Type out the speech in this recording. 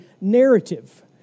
narrative